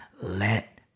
let